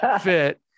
fit